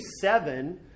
seven